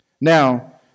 Now